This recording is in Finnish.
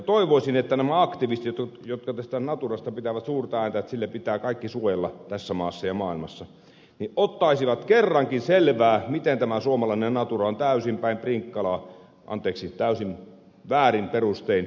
toivoisin että nämä aktivistit jotka tästä naturasta pitävät suurta ääntä että sillä pitää kaikki suojella tässä maassa ja maailmassa ottaisivat kerrankin selvää miten tämä suomalainen natura on täysin päin prinkkalaa anteeksi täysin väärin perustein toteutettu